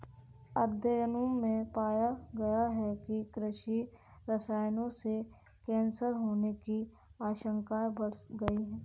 अध्ययनों में पाया गया है कि कृषि रसायनों से कैंसर होने की आशंकाएं बढ़ गई